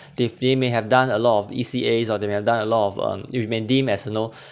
they fear may have done a lot of E_C_As or they may have done a lot of um you may deem as you know